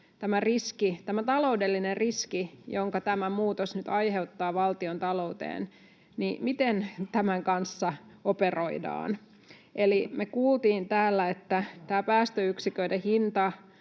tämän taloudellisen riskin, jonka tämä muutos nyt aiheuttaa valtiontalouteen, kanssa operoidaan. Me kuultiin täällä, että tämä päästöyksiköiden hinta